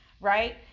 right